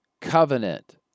covenant